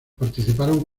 participaron